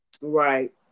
Right